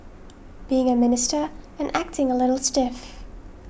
being a Minister and acting a little stiff